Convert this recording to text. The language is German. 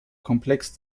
komplex